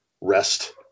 rest